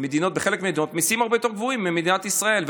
בחלק מהמדינות המיסים הרבה יותר גבוהים מבמדינת ישראל.